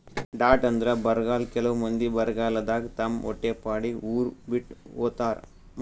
drought ಅಂದ್ರ ಬರ್ಗಾಲ್ ಕೆಲವ್ ಮಂದಿ ಬರಗಾಲದಾಗ್ ತಮ್ ಹೊಟ್ಟಿಪಾಡಿಗ್ ಉರ್ ಬಿಟ್ಟ್ ಹೋತಾರ್